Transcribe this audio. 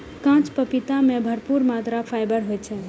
कांच पपीता मे भरपूर मात्रा मे फाइबर होइ छै